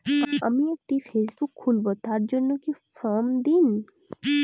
আমি একটি ফেসবুক খুলব তার জন্য একটি ফ্রম দিন?